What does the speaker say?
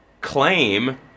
claim